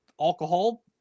alcohol